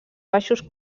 baixos